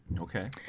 okay